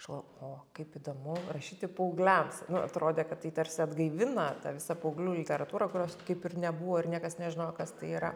aš galvojau o kaip įdomu rašyti paaugliams atrodė kad tai tarsi atgaivina visa paauglių literatūra kurios kaip ir nebuvo ir niekas nežinojo kas tai yra